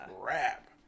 crap